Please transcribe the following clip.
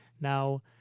now